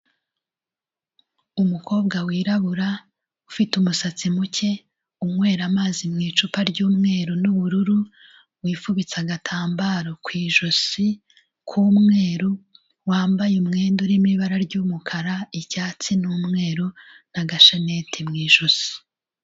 Umukobwa wirabura ufite umusatsi muke, unywera amazi mu icupa ry'umweru n'ubururu, wifubitse agatambaro ku ijosi, k'umweru, wambaye umwenda urimo ibara ry'umukara, icyatsi n'umweru n'agashanete mu ijosi.